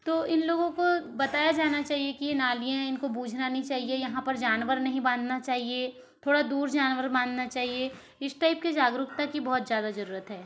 तो इन लोगों को बताया जाना चहिए कि ये नालियाँ हैं इनको बूझना नहीं चाहिए यहाँ पर जानवर नहीं बांधना चाहिए थोड़ा दूर जानवर बांधना चाहिए इस टाइप के जागरूकता की बहुत ज़्यादा जरुरत है